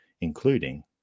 including